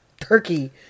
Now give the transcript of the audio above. turkey